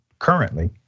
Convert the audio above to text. currently